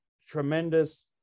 tremendous